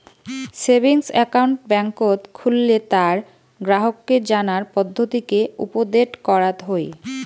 savings account বেংকত খুললে তার গ্রাহককে জানার পদ্ধতিকে উপদেট করাত হই